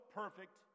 perfect